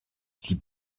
sie